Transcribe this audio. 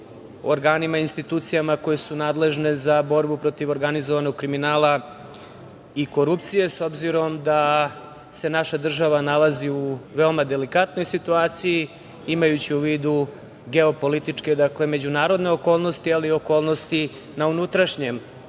organima i institucijama koje su nadležne za borbu protiv organizovanog kriminala i korupcije, s obzirom da se naša država nalazi u veoma delikatnoj situaciji, imajući u vidu geopolitičke, dakle, međunarodne okolnosti ali i okolnosti na unutrašnjem